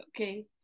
okay